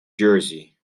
jersey